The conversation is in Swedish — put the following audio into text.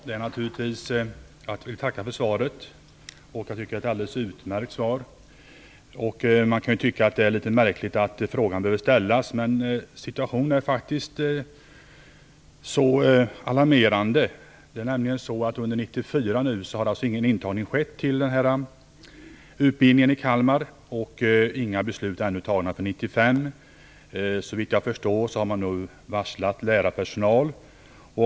Fru talman! Jag vill tacka för svaret. Det är ett alldeles utmärkt svar. Man kan tycka att det är litet märkligt att frågan behöver ställas. Men situationen är faktiskt alarmerande. Under 1994 har nämligen ingen intagning skett till den här utbildningen i Kalmar. Några beslut är ännu inte fattade för 1995. Såvitt jag förstår har man varslat lärarpersonal.